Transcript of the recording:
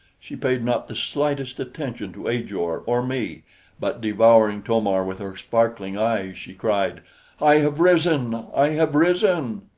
she paid not the slightest attention to ajor or me but devouring to-mar with her sparkling eyes, she cried i have risen! i have risen!